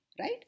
right